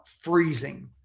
freezing